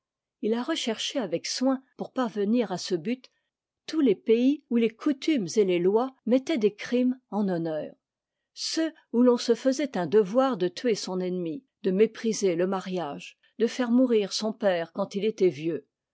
il a recherché avec soin pour parvenir à ce but tous les pays où les coutumes et les lois mettaient des crimes en honneur ceux où l'on se faisait un devoir de tuer son ennemi de mépriser le mariage de faire mourir son père quand il était vieux